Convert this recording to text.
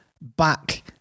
back